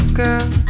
girl